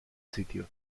sitio